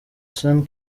sean